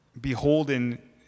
beholden